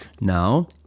now